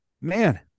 Man